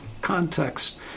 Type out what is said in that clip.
context